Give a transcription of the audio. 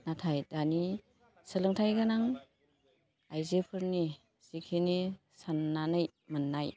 नाथाय दानि सोलोंथाइ गोनां आइजोफोरनि जिखिनि सान्नानै मोन्नाय